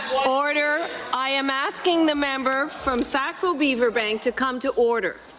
order. i am asking the member from sackville-beaver bank to come to order.